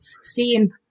seeing